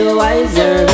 wiser